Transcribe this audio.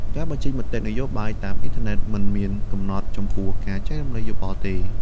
ការបញ្ចេញមតិនយោបាយតាមអ៊ីនធឺណិតមិនមានកំណត់ចំពោះការចែករំលែកយោបល់ទេ។